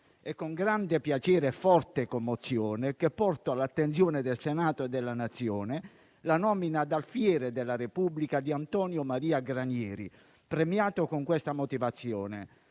È con grande piacere e forte commozione che porto all'attenzione del Senato e della Nazione la nomina ad alfiere della Repubblica di Antonio Maria Granieri, premiato con la motivazione